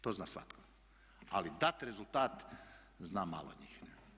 To zna svatko ali dati rezultat zna malo njih.